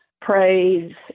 praise